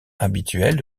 habituels